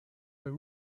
were